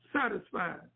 satisfied